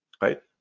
right